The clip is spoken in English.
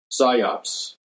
Psyops